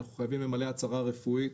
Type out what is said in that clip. אנחנו חייבים למלא הצהרה רפואית,